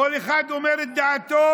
כל אחד אומר את דעתו,